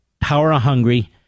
power-hungry